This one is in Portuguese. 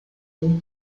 com